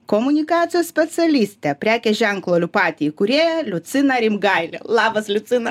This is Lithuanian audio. komunikacijos specialistė prekės ženklo liu pati įkūrėja liucina rimgailė labas liucina